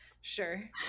sure